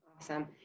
Awesome